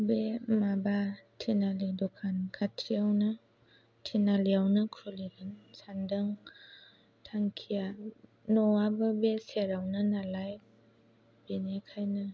बे माबा टिनालि दखान खाथियावनो टिनालियावनो खुलिगोन सानदों थांखिया न'आबो बे सेरावनो नालाय बेनिखायनो